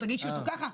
תגישי אותו ככה,